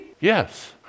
Yes